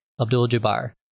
Abdul-Jabbar